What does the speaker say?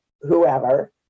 whoever